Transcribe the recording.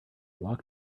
walk